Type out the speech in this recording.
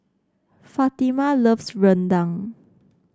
Fatima loves Rendang